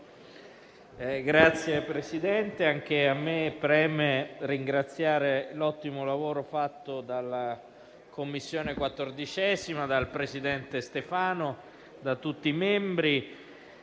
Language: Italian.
Signor Presidente, anche a me preme ringraziare per l'ottimo lavoro fatto dalla 14a Commissione, dal presidente Stefano e da tutti i membri.